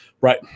right